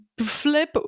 flip